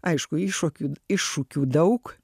aišku iššokių iššūkių daug